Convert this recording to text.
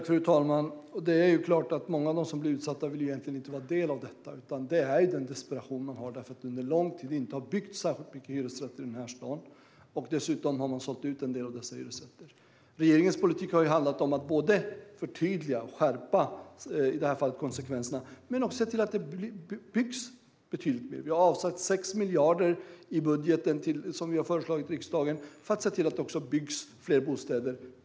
Fru talman! Det är klart att många av dem som är utsatta egentligen inte vill vara en del av detta. Det beror på den desperation som finns på grund av att det under lång tid inte har byggts särskilt många hyresrätter i den här staden. Dessutom har man sålt ut en del av hyresrätterna. Regeringens politik har handlat om att både förtydliga och skärpa konsekvenserna i det här fallet. Vi vill också se till att det byggs betydligt mer. Vi har avsatt 6 miljarder i den budget som vi ha föreslagit riksdagen för att se till att det byggs fler bostäder.